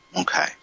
Okay